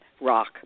rock